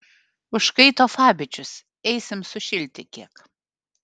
užkaito fabičius eisim sušilti kiek